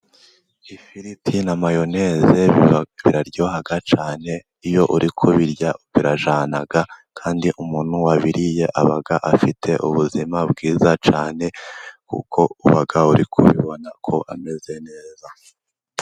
Ifiriti na mayoneze biraryoha cyane, iyo uri kubirya birajyana, kandi umuntu wabiriye aba afite ubuzima bwiza cyane, kuko uba uri kubibona ko ameze neza.